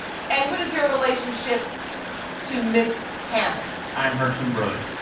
and what is your relationship to mrs. hammond? i am her twin brother.